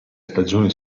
stagioni